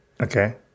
Okay